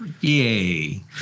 yay